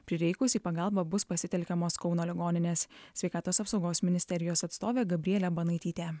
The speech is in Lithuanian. prireikus į pagalbą bus pasitelkiamos kauno ligoninės sveikatos apsaugos ministerijos atstovė gabrielė banaitytė